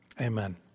Amen